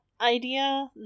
idea